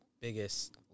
biggest